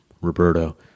Roberto